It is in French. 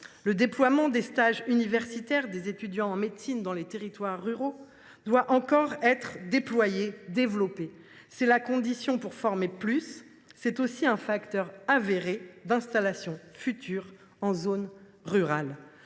Le déploiement des stages universitaires des étudiants en médecine dans les territoires ruraux doit encore être renforcé ; c’est la condition pour former davantage et c’est aussi un facteur avéré d’installation future en zone rurale.